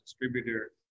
distributor